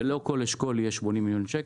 ולא שכל אשכול יהיה 80 מיליון שקל.